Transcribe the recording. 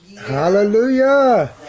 Hallelujah